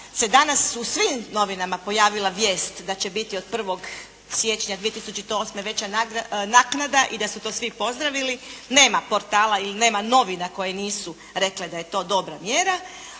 se danas u svim novinama pojavila vijest da će biti od 1. siječnja 2008. veća naknada i da su to svi pozdravili. Nema portala i nema novina koje nisu rekle da je to dobra mjera.